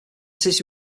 city